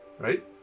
Right